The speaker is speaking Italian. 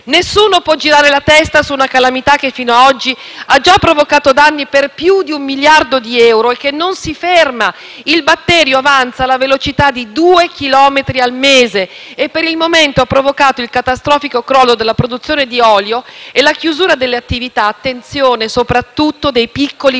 Nessuno può girare la testa su una calamità che fino ad oggi ha già provocato danni per più di un miliardo di euro e che non si ferma. Il batterio avanza alla velocità di due chilometri al mese e per il momento ha provocato il catastrofico crollo della produzione di olio e la chiusura delle attività - attenzione - soprattutto dei piccoli